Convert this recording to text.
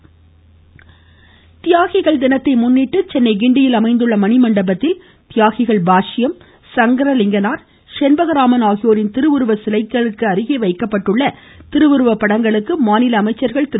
தியாகிகள் தினம் தியாகிகள் தினத்தை கிண்டியில் அமைந்துள்ள மணிமண்டபத்தில் தியாகிகள் பாஷ்யம் சங்கரலிங்கனார் செண்பகராமன் ஆகியோரின் திருவுருவச் சிலைக்கு அருகில் வைக்கப்பட்டுள்ள திருவுருவ படங்களுக்கு இன்று மாநில அமைச்சர்கள் திரு